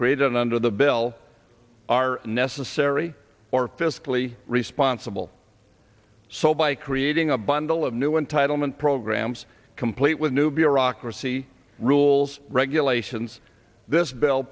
created under the bill are necessary or fiscally responsible so by creating a bundle of new entitlement programs complete with new bureaucracy rules regulations this bill